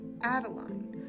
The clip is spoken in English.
Adeline